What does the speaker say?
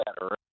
better